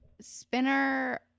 Spinner